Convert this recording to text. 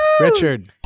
Richard